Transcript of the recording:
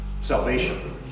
salvation